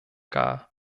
gar